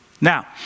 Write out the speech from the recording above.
Now